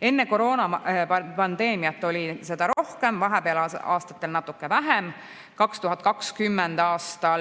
Enne koroonapandeemiat oli seda rohkem, vahepealsetel aastatel natuke vähem. 2020. aastal